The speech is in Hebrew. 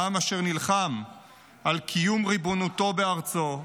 העם אשר נלחם על קיום ריבונותו בארצו,